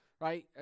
Right